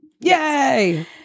Yay